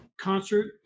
concert